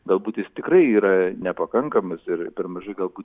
galbūt jis tikrai yra nepakankamas ir per mažai galbūt